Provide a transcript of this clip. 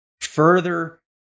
further